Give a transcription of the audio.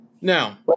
now